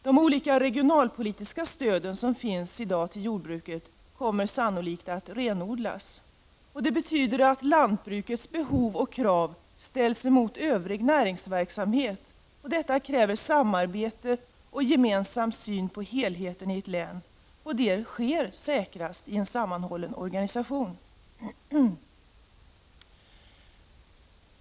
De olika regionalpolitiska stöd till lantbruket som i dag finns kommer sannolikt att renodlas. Det betyder att lantbrukets behov och krav ställs mot övrig näringsverksamhet. Detta kräver samarbete och gemensam syn på helheten i ett län. Detta sker säkrast i en sammanhållen organisation.